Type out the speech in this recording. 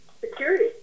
security